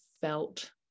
felt